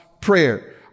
prayer